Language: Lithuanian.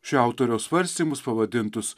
šio autoriaus svarstymus pavadintus